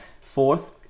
Fourth